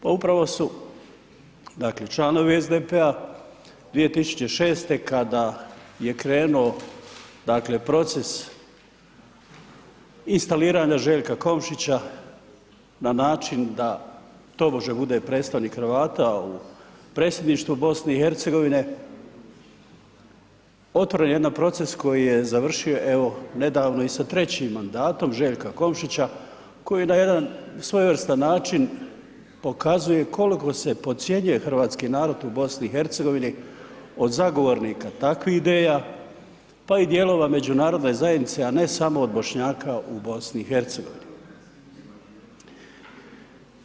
Pa upravo su dakle članovi SDP-a 2006. kada je krenuo proces instaliranja Željka Komšića na način da tobože bude predstavnik Hrvata u Predsjedništvu BiH-a, otvoren je jedan proces koji je završio evo nedavno i sa trećim mandatom Željka Komšića koji na jedan svojevrstan način pokazuje koliko se podcjenjuje hrvatski narod u BiH-u od zagovornika takvih ideja pa i dijelova međunarodne zajednice a ne samo od Bošnjaka u BiH-u.